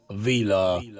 Vila